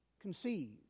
conceived